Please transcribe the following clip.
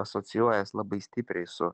asocijuojas labai stipriai su